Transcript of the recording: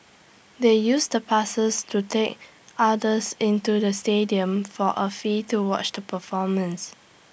they used the passes to take others into the stadium for A fee to watch the performance